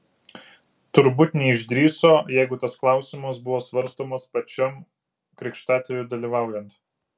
turbūt neišdrįso jeigu tas klausimas buvo svarstomas pačiam krikštatėviui dalyvaujant